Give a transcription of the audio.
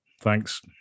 Thanks